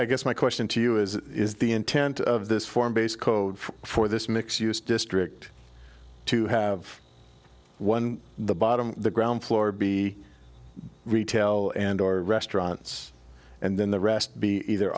i guess my question to you is is the intent of this forum based code for this mix use district to have one the bottom the ground floor be retail and or restaurants and then the rest be either